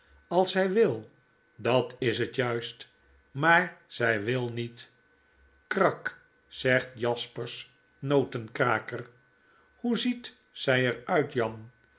als zy wil dat is het juist maar zij wil niet krak zegt jaspers notenkraker hoe ziet zy er uit jan